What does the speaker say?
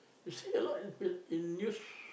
you see the lot i~ in use